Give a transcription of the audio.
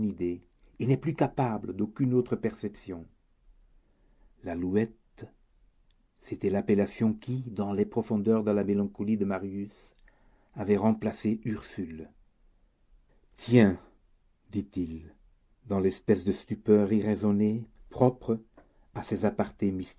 et n'est plus capable d'aucune autre perception l'alouette c'était l'appellation qui dans les profondeurs de la mélancolie de marius avait remplacé ursule tiens dit-il dans l'espèce de stupeur irraisonnée propre à ces apartés